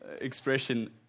expression